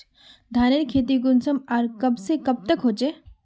धानेर खेती कुंसम आर कब से कब तक होचे?